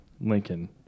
Lincoln